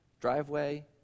driveway